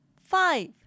five